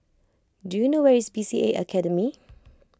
do you know where is B C A Academy